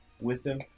Wisdom